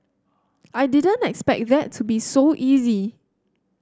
I didn't expect that to be so easy